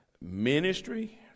Ministry